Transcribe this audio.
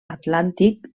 atlàntic